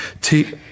T-